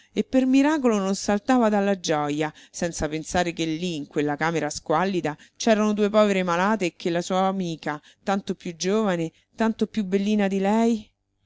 e per miracolo non saltava dalla gioja senza pensare che lì in quella camera squallida c'erano due povere malate e che la sua amica tanto più giovane tanto più bellina di lei